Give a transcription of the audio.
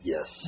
Yes